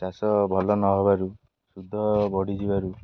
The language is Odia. ଚାଷ ଭଲ ନହବାରୁ ଶୁଦ୍ଧ ବଢ଼ିଯିବାରୁ